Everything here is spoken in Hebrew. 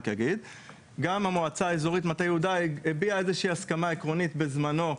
גם המועצה האזורית מטה יהודה הביעה איזושהי הסכמה עקרונית בזמנו,